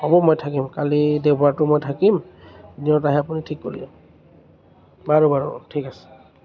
হ'ব মই থাকিম কালি দেওবাৰটো মই থাকিম য'ত আহে আপুনি ঠিক কৰিলে হ'ল বাৰু ঠিক আছে